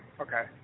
okay